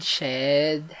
Shed